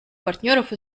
партнеров